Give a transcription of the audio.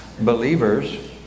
believers